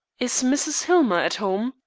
is mrs. hillmer at home?